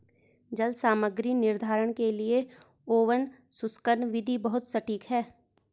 जल सामग्री निर्धारण के लिए ओवन शुष्कन विधि बहुत सटीक है